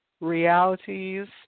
realities